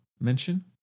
mention